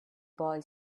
boy